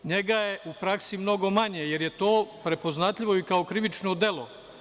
Njega je u praski mnogo manje, jer je to prepoznatljivo i kao krivično delo.